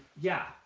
yeah,